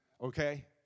Okay